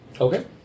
Okay